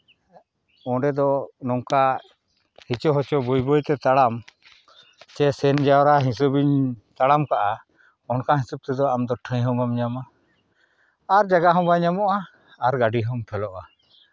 ᱚᱸᱰᱮ ᱫᱚ ᱱᱚᱝᱠᱟ ᱦᱤᱪᱤ ᱦᱚᱪᱚ ᱵᱟᱹᱭ ᱵᱟᱹᱭᱛᱮ ᱛᱟᱲᱟᱢ ᱥᱮ ᱥᱮᱱ ᱡᱟᱶᱨᱟ ᱦᱤᱥᱟᱹᱵᱤᱧ ᱛᱟᱲᱟᱢ ᱠᱟᱜᱼᱟ ᱚᱱᱠᱟ ᱦᱤᱥᱟᱹᱵ ᱛᱮᱫᱚ ᱟᱢᱫᱚ ᱴᱷᱟᱹᱭ ᱦᱚᱸ ᱵᱟᱢ ᱧᱟᱢᱟ ᱟᱨ ᱡᱟᱭᱜᱟ ᱦᱚᱸᱵᱟᱝ ᱧᱟᱢᱚᱜᱼᱟ ᱟᱨ ᱜᱟᱹᱰᱤ ᱦᱚᱸᱢ ᱯᱷᱮᱞᱚᱜᱼᱟ